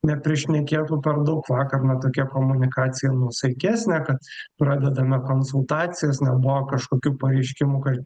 neprišnekėtų per daug vakar na tokia komunikacija nuosaikesnė kad pradedame konsultacijas nebuvo kažkokių pareiškimų kad